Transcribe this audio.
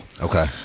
okay